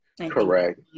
correct